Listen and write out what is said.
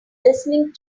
listening